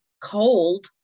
cold